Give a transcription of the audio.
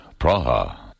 Praha